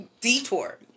detour